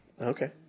Okay